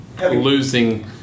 losing